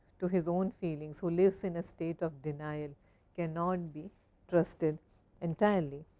to his own feelings, who lives in a state of denial cannot be trusted entirely.